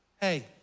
hey